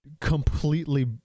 completely